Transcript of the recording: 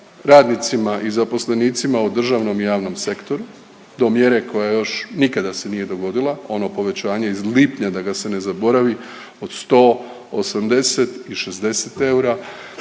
radnicima i zaposlenicima u državnom i javnom sektoru do mjere koja još nikada se nije dogodila. Ono povećanje iz lipnja da ga se ne zaboravi od 100, 80 i 60 eura,